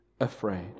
afraid